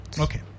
Okay